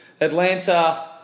Atlanta